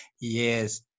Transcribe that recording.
Yes